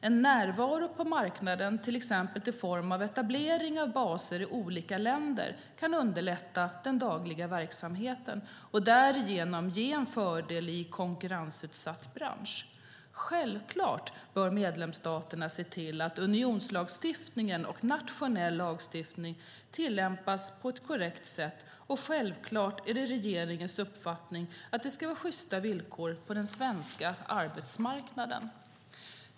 En närvaro på marknaden, till exempel i form av etablering av baser i olika länder, kan underlätta den dagliga verksamheten och därigenom ge en fördel i en konkurrensutsatt bransch. Självklart bör medlemsstaterna se till att unionslagstiftningen och nationell lagstiftning tillämpas på ett korrekt sätt, och självklart är det regeringens uppfattning att det ska vara sjysta villkor på den svenska arbetsmarknaden.